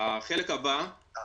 החלק הבא הוא